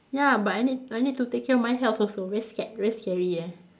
ya but I need I need to take care of my health also very scared very scary eh